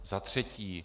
Za třetí.